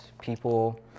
people